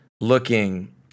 looking